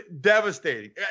devastating